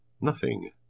Nothing